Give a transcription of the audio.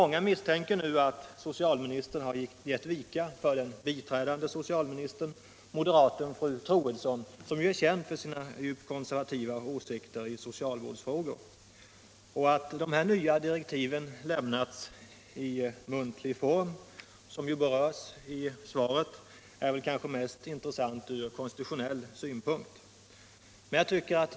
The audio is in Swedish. Många misstänker att socialministern har givit vika för den biträdande socialministern, moderaten fru Troedsson, som ju är känd för sina djupt konservativa åsikter i socialvårdsfrågor. Att de nya direktiven, enligt vad som sägs i svaret, har lämnats i muntlig form är kanske mest intressant från konstitutionell synpunkt.